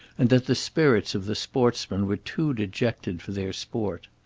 and that the spirits of the sportsmen were too dejected for their sport.